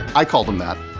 i called him that.